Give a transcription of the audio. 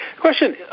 Question